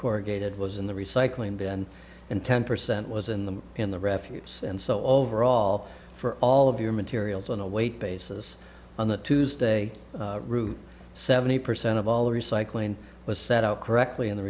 corrugated was in the recycling bin and ten percent was in the in the refuse and so overall for all of your materials on a weight basis on the tuesday route seventy percent of all the recycling was set up correctly in the